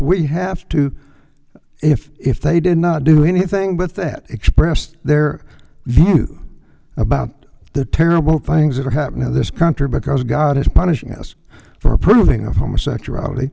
we have to if if they did not do anything but that expressed their view about the terrible things that are happening in this country because god is punishing us for approving of homosexuality